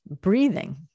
breathing